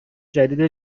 جدید